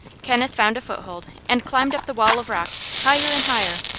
kenneth found a foothold and climbed up the wall of rock, higher and higher,